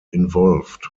involved